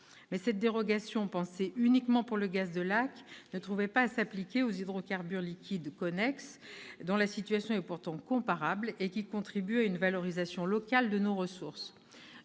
Mais cette dérogation, pensée uniquement pour le gaz de Lacq, ne trouvait pas à s'appliquer aux hydrocarbures liquides connexes, dont la situation est pourtant comparable et qui contribuent à une valorisation locale de nos ressources.